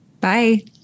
Bye